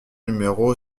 numéro